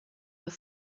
were